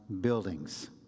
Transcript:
buildings